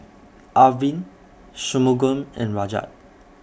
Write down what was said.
Arvind Shunmugam and Rajat